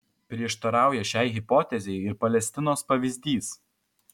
prieštarauja šiai hipotezei ir palestinos pavyzdys